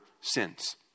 sins